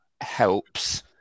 helps